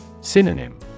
Synonym